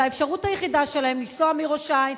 שזו האפשרות היחידה שלהם לנסוע מראש-העין,